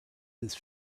his